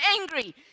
angry